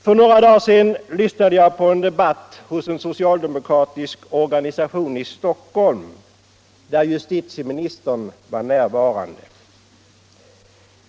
För några dagar sedan lyssnade jag på en debatt hos en socialdemo kratisk organisation i Stockholm, där justitieministern var närvarande.